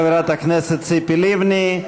תודה לחברת הכנסת ציפי לבני.